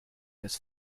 des